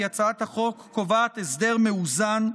כי הצעת החוק קובעת הסדר מאוזן,